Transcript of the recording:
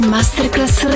Masterclass